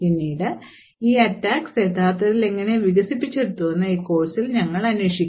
പിന്നീട് ഈ attacks യഥാർത്ഥത്തിൽ എങ്ങനെ വികസിപ്പിച്ചെടുത്തുവെന്ന് ഈ കോഴ്സ്ൽ ഞങ്ങൾ അന്വേഷിക്കും